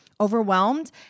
Overwhelmed